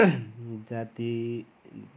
जाति